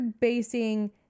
basing